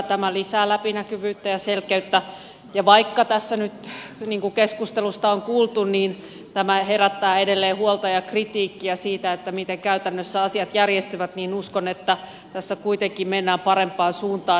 tämä lisää läpinäkyvyyttä ja selkeyttä ja vaikka tämä nyt niin kuin keskustelusta on kuultu herättää edelleen huolta ja kritiikkiä siitä miten käytännössä asiat järjestyvät niin uskon että tässä kuitenkin mennään parempaan suuntaan